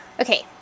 Okay